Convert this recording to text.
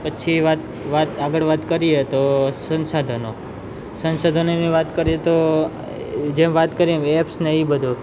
પછી વાત વાત આગળ વાત કરીએ તો સંસાધનો સંસોધનની વાત કરીએ તો જેમ વાત કરી એમ એપ્સને એ બધું